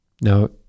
Now